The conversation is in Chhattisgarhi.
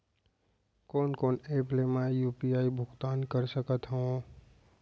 कोन कोन एप ले मैं यू.पी.आई भुगतान कर सकत हओं?